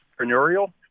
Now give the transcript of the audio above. entrepreneurial